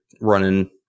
running